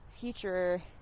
future